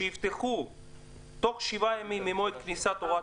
יפתחו תוך שבעה ימים ממועד כניסת הוראת